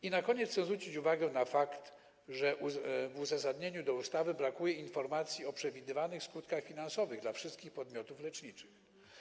I na koniec chcę zwrócić uwagę na fakt, że w uzasadnieniu do ustawy brakuje informacji o przewidywanych skutkach finansowych dla wszystkich podmiotów leczniczych.